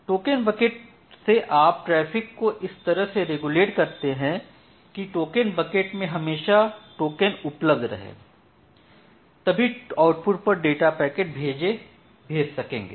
token bucket से आप traffic को इस तरह से रेगुलर करते हैं कि टोकन बकेट में हमेशा टोकन उपलब्ध रहें तभी आउटपुट पर डाटा पैकेट भेज सकेंगे